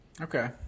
Okay